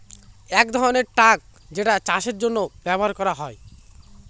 এক ধরনের ট্রাক যেটা চাষের জন্য ব্যবহার করা হয়